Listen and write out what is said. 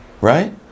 Right